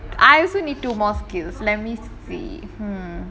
I also need two more skills let me see hmm